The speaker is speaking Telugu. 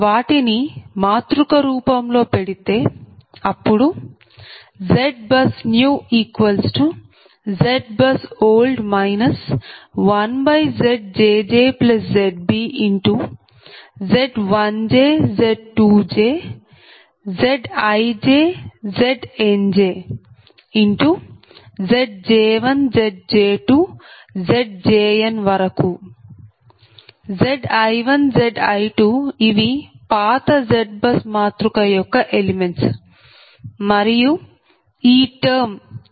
వాటిని మాతృక రూపం లో పెడితే అప్పుడుZBUSNEWZBUSOLD 1ZjjZbZ1j Z2j Zij Znj Zj1 Zj2 Zjn Zi1 Zi2 ఇవి పాత ZBUS మాతృక యొక్క ఎలెమెంట్స్ మరియు ఈ టర్మ్ Z1jZj1